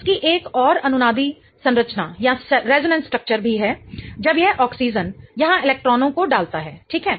इसकी एक और अनुनादी संरचना भी है जब यह ऑक्सीजन यहां इलेक्ट्रॉनों को डालता है ठीक है